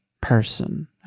person